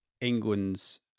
England's